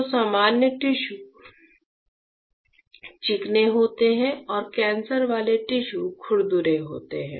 तो सामान्य टिश्यू चिकने होते हैं और कैंसर वाले टिश्यू खुरदरे होते हैं